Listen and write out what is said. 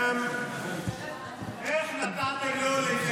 ואני גם, איך נתתם לו להתנהל בצורה כזאת?